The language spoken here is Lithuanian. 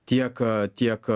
tiek tiek